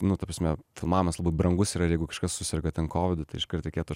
nu ta prasme filmavimas labai brangus yra ir jeigu kažkas suserga ten kovidu tai iškart reikėtų